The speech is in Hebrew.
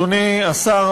אדוני השר,